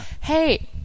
hey